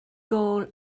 gôl